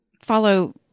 follow